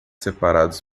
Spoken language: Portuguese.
separados